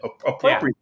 Appropriate